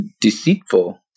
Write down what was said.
deceitful